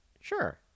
Sure